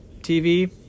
TV